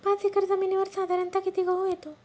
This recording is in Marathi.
पाच एकर जमिनीवर साधारणत: किती गहू येतो?